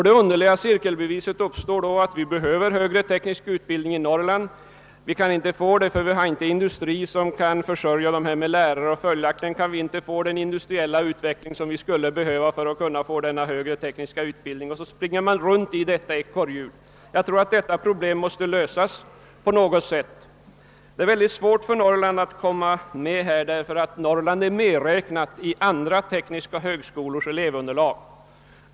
Det underliga cirkelresonemanget uppkommer då, att vi behöver högre teknisk utbildning i Norrland, men vi kan inte få det därför att vi inte har industri som kan försörja en utbildningsanstalt med lärare — och följaktligen kan vi inte få den industriella utveckling som vi skulle behöva för att få denna högre tekniska utbildning. Så springer man runt i detta ekorrhjul. Problemet måste lösas på något sätt. Det är svårt för Norrland att komma med, därför att Norrland är inräknat i andra tekniska högskolors elevunderlag.